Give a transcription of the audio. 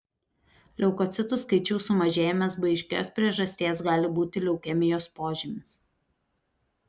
leukocitų skaičiaus sumažėjimas be aiškios priežasties gali būti leukemijos požymis